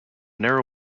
narrow